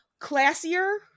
classier